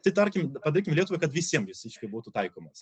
tai tarkim padarykim lietuvai kad visiem jis reiškia būtų taikomas